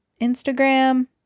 Instagram